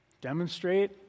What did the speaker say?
demonstrate